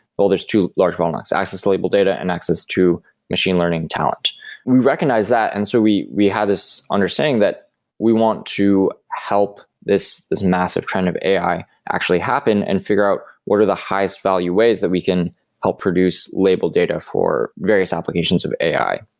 there's two large bottlenecks access to labeled data and access to machine learning talent. we've recognize that, and so we we have this understanding that we want to help this this massive trend of ai actually happen and figure out what are the highest value ways that we can help produce labeled data for various applications of ai?